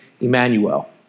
Emmanuel